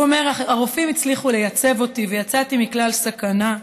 והוא אומר: הרופאים הצליחו לייצב אותי ויצאתי מכלל סכנה.